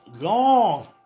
long